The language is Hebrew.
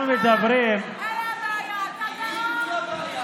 אנחנו מדברים, אלה שמכרו את